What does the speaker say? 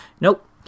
Nope